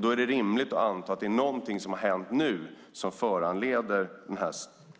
Då är det rimligt att anta att det är någonting som har hänt nu som föranleder den